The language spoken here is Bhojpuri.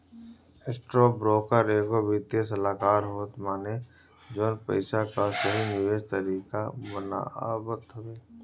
स्टॉकब्रोकर एगो वित्तीय सलाहकार होत बाने जवन पईसा कअ सही निवेश तरीका बतावत बाने